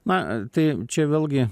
na tai čia vėlgi